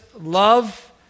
love